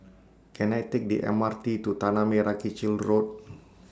Can I Take The M R T to Tanah Merah Kechil Road